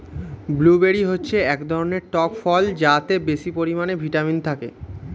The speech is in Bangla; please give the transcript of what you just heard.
ব্লুবেরি হচ্ছে এক ধরনের টক ফল যাতে বেশি পরিমাণে ভিটামিন থাকে